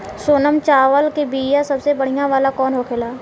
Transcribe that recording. सोनम चावल के बीया सबसे बढ़िया वाला कौन होखेला?